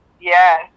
Yes